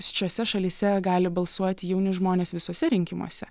šiose šalyse gali balsuoti jauni žmonės visuose rinkimuose